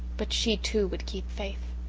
but she, too, would keep faith.